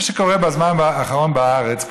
מה שקורה בזמן האחרון בארץ,